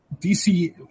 DC